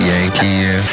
Yankee